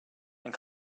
and